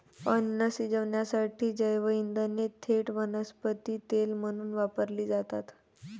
अन्न शिजवण्यासाठी जैवइंधने थेट वनस्पती तेल म्हणून वापरली जातात